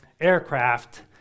aircraft